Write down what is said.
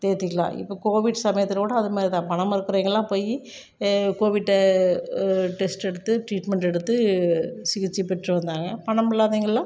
தேற்றிக்கலாம் இப்போ கோவிட் சமயத்தில் கூட அது மாதிரி தான் பணமிருக்கிறவங்க எல்லாம் போய் கோவிட்டு டெஸ்ட் எடுத்து ட்ரீட்மெண்ட் எடுத்து சிகிச்சை பெற்று வந்தாங்க பணமில்லாதவங்க எல்லாம்